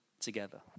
together